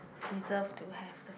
deserve to have the